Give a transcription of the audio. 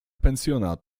pensjona